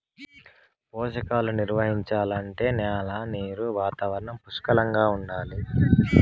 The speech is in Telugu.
పోషకాలు నిర్వహించాలంటే న్యాల నీరు వాతావరణం పుష్కలంగా ఉండాలి